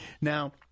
Now